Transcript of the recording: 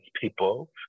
people